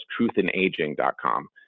truthinaging.com